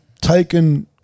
taken